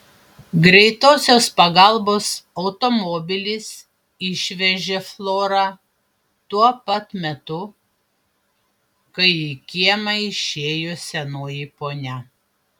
greitosios pagalbos automobilis išvežė florą tuo pat metu kai į kiemą išėjo senoji ponia